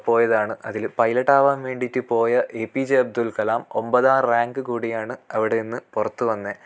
പോയതാണ് അതിൽ പൈലറ്റാകാൻ വേണ്ടിയിട്ട് പോയ A P J Abdul Kalam ഒമ്പതാം റാങ്ക് കൂടിയാണ് അവിടെ നിന്ന് പുറത്ത് വന്നത്